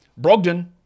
Brogdon